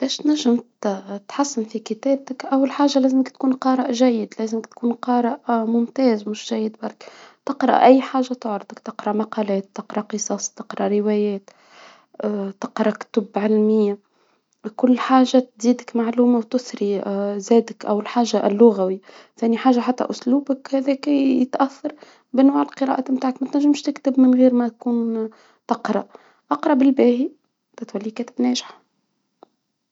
باش تنجم تحسن في كتابتك أول حاجة لازمك تكون قارئ جيد، لازمك تكون قارئ ممتاز مش جيد برك، تقرأ أي حاجة تعرضك، تقرأ مقالات، تقرأ قصص، تقرأ روايات، تقرأ كتب علمية، كل حاجة تزيدك معلومة وتثري زادك أول حاجة اللغوي، ثاني حاجة حتى أسلوبك هذاك يتأثر بأنواع القراءات متاعك، ما تنجمش تكتب من غير ما يكون تقرأ اقرأ بالباهي تو تولي كاتب ناجح.